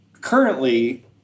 Currently